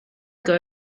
ago